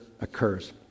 occurs